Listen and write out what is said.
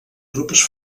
grups